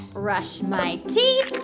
brush my teeth.